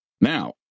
Now